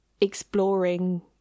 exploring